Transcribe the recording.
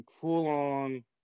full-on